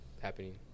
happening